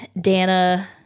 Dana